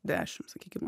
dešim sakykim